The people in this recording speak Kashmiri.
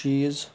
چیٖز